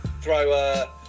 throw